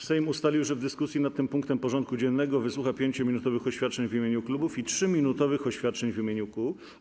Sejm ustalił, że w dyskusji nad tym punktem porządku dziennego wysłucha 5-minutowych oświadczeń w imieniu klubów i 3-minutowych oświadczeń w imieniu kół.